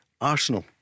Arsenal